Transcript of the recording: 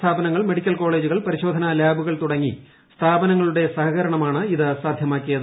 സ്ഥാപനങ്ങൾ മെഡിക്കൽ കോളേജുകൾ പരിശോധനാ ലാബുകൾ തുടങ്ങിയ സ്ഥാപനങ്ങളുടെ സഹകരണമാണ് ഇത് സാധ്യമാക്കിയത്